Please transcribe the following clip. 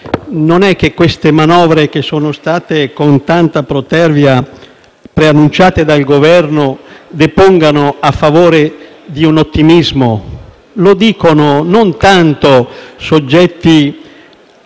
non li vedo. Queste manovre che sono state, con tanta protervia, preannunciate dal Governo non depongono a favore dell'ottimismo. Lo dicono non tanto soggetti